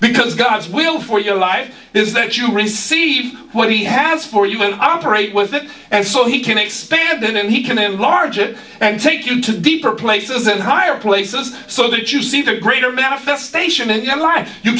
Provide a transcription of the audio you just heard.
because god's will for your life is that you receive what he has for you and operate with it and so he can expand in and he can enlarge it and take you to deeper places and higher places so that you see the greater manifestation in your life you